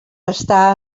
està